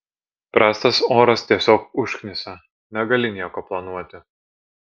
prastas oras tiesiog užknisa negali nieko planuoti